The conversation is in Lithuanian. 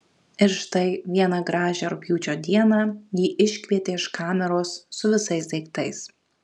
ir štai vieną gražią rugpjūčio dieną jį iškvietė iš kameros su visais daiktais